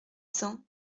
cents